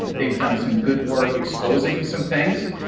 they've done some good work exposing some things,